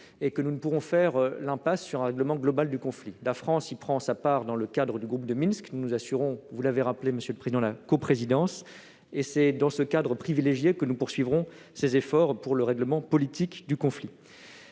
et que nous ne pourrons pas faire l'impasse sur un règlement global du conflit. La France y prend sa part dans le cadre du groupe de Minsk, dont nous assurons, vous l'avez rappelé, la coprésidence. C'est dans ce cadre privilégié que nous poursuivrons nos efforts pour aboutir au règlement politique du conflit.